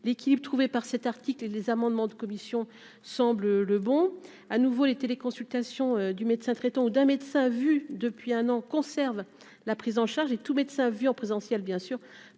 l'équilibre trouvé par cet article et les amendements de commission. Semble le bon à nouveau les consultation du médecin traitant ou d'un médecin vu depuis un an, conserve la prise en charge et tout, mais de sa vie en présentiel bien sûr